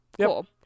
cool